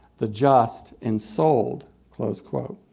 the just ensouled, close quote.